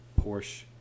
Porsche